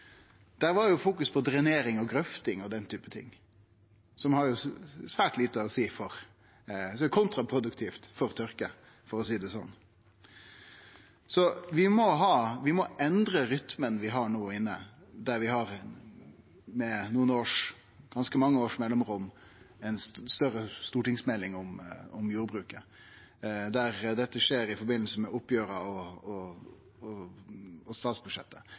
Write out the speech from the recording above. var det fokus på drenering og grøfting og slike ting, som er kontraproduktivt for tørke, for å seie det slik. Så vi må endre rytmen vi har no, der vi med ganske mange års mellomrom får ei større stortingsmelding om jordbruket, der det skjer i samband med oppgjera og statsbudsjettet. Vi bør ta inn over oss den nye situasjonen, leggje om takta og